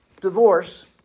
divorce